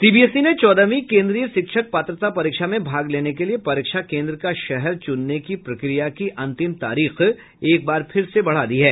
CBSE ने चौदहवीं केन्द्रीय शिक्षक पात्रता परीक्षा में भाग लेने के लिए परीक्षा केन्द्र का शहर चुनने की प्रक्रिया की अंतिम तारीख एकबार फिर बढ़ा दी है